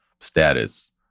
status